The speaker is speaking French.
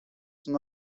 son